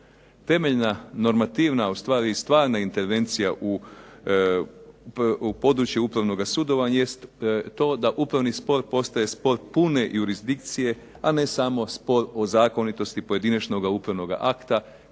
Temeljna normativna, ustvari stvarna intervencija u području upravnoga sudovanja jest to da upravni spor postaje spor pune jurisdikcije, a ne samo spor o zakonitost pojedinačnoga upravnoga akta,